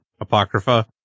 Apocrypha